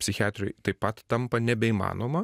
psichiatrijoj taip pat tampa nebeįmanoma